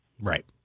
Right